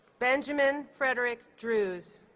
benjamin frederick drews